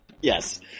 Yes